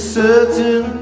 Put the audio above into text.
certain